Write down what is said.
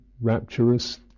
rapturous